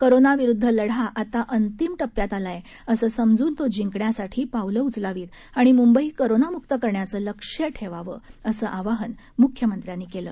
corona विरुद्ध लढा आता अंतिम टप्प्यात आलाय असं समजून तो जिंकण्यासाठी पावलं उचलावीत आणि मुंबई कोरोनामुक्त करण्याचं लक्ष्य ठेवावं असं आवाहन मुख्यमंत्र्यांनी केलं